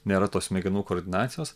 nėra tos smegenų koordinacijos